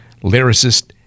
lyricist